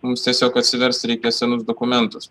mums tiesiog atsiverst reikia senus dokumentus